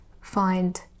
find